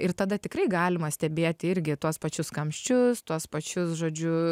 ir tada tikrai galima stebėti irgi tuos pačius kamščius tuos pačius žodžiu